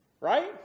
Right